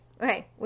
okay